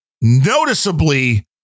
noticeably